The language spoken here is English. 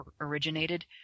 originated